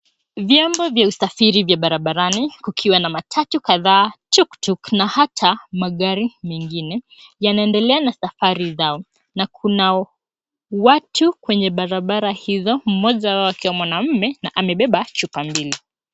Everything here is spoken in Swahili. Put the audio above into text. Vyombo vya usafiri vya barabarani kukiwa na matatu kadhaa, tuktuk na hata magari mengine yanaendelea na safari zao na kuna watu kwenye barabara hizo, mmoja wao akiwa mwanamume na amebeba chupa mbili.